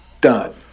done